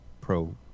pro